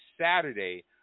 Saturday